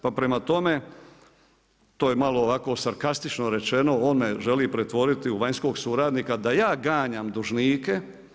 Pa prema tome, to je malo ovako sarkastično rečeno, on me želi pretvoriti u vanjskog suradnika da ja ganjam dužnike.